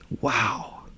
wow